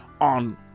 on